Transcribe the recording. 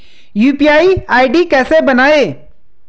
UPI ID कैसे बनाएं?